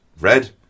red